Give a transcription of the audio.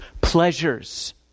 pleasures